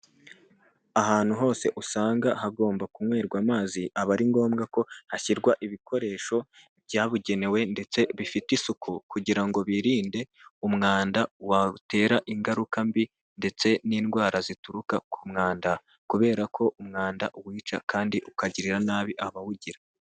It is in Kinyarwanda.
Ahantu hose usanga hagomba kunywerwa amazi aba ari ngombwa ko hashyirwa ibikoresho byabugenewe ndetse bifite isuku, kugira ngo birinde umwanda watera ingaruka mbi ndetse n'indwara zituruka ku mwanda, kubera ko umwanda wica kandi ukagirira nabi abawugira.